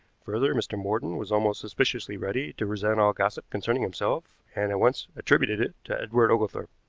further, mr. morton was almost suspiciously ready to resent all gossip concerning himself, and at once attributed it to edward oglethorpe.